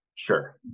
Sure